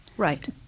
Right